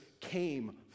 came